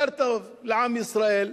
יותר טוב לעם ישראל,